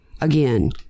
again